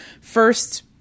first